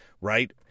right